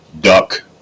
duck